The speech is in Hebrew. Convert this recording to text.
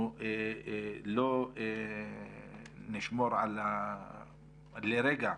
אנחנו לא נפסיק לשמור לרגע